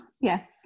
Yes